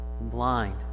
blind